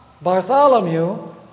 Bartholomew